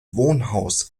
wohnhaus